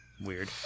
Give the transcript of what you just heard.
Weird